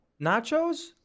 nachos